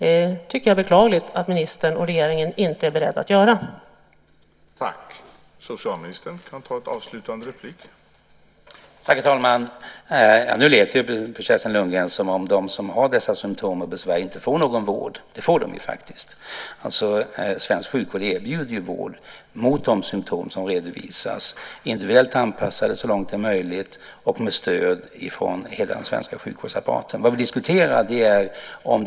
Jag tycker att det är beklagligt att regeringen och ministern inte är beredd att göra det.